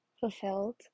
fulfilled